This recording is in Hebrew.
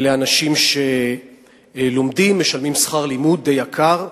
אלה אנשים שלומדים, משלמים שכר לימוד די יקר,